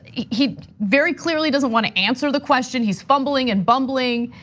he very clearly doesn't want to answer the question, he's fumbling and bumbling,